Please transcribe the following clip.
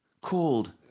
called